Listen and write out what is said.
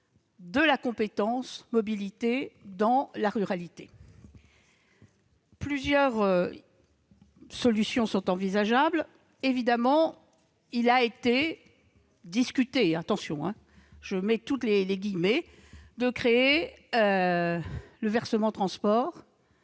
de la compétence mobilité dans la ruralité. Plusieurs solutions sont envisageables. Évidemment, il a été discuté- je mets à ce terme tous les guillemets qui s'imposent -de créer le versement transport